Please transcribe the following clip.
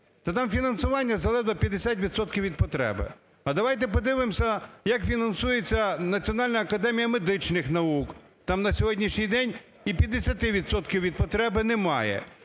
Та там фінансування закладено 50 відсотків від потреби. А давайте подивимося, як фінансується Національна академія медичних наук. Там на сьогоднішній день і 50 відсотків від потреби немає.